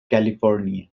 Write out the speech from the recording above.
california